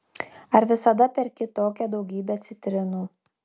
ar visada perki tokią daugybę citrinų